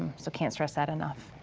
um so can't stress that enough.